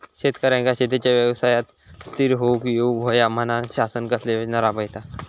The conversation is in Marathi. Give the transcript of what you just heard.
शेतकऱ्यांका शेतीच्या व्यवसायात स्थिर होवुक येऊक होया म्हणान शासन कसले योजना राबयता?